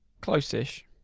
Close-ish